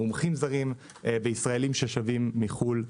מומחים זרים וישראלים ששבים מחו"ל.